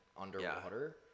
underwater